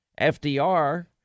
FDR